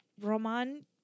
Roman